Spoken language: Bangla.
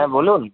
হ্যাঁ বলুন